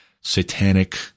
satanic